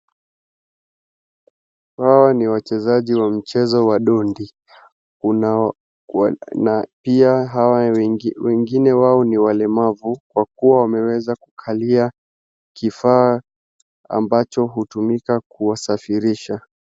Hawa ni wachezaji wa mchezo wa dondi na pia wengine wao ni walemavu kwa kuwa wameweza kukalia kifaaa ambacho hutumika kuwasafirisha.